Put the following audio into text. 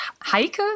Heike